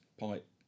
pipe